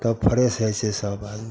तब फ्रेश होइ छै सभ आदमी